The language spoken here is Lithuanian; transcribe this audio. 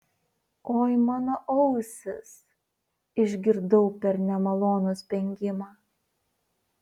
oi mano ausys išgirdau per nemalonų spengimą